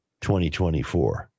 2024